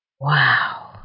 Wow